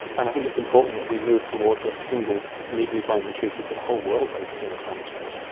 and i think it's important that we move towards a single legally binding treaty for the whole world basically on climate change.